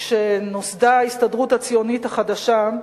כשנוסדה ההסתדרות הציונית החדשה,